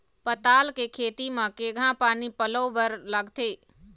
पताल के खेती म केघा पानी पलोए बर लागथे?